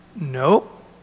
nope